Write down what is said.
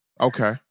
Okay